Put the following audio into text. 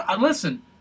Listen